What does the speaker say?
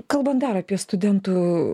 kalbant dar apie studentų